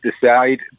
decide